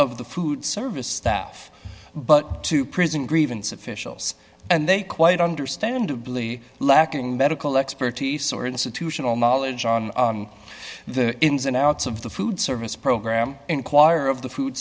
of the food service staff but to prison grievance officials and they quite understandably lacking medical expertise or institutional knowledge on the ins and outs of the food service program inquire of the food